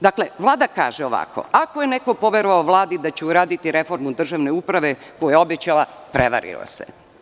Dakle, Vlada kaže ovako – ako je neko poverovao Vladi da će uraditi reformu državne uprave koju je obećala, prevario se.